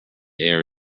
air